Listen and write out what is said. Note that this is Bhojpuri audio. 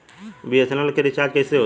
बी.एस.एन.एल के रिचार्ज कैसे होयी?